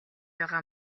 байгаа